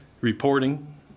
reporting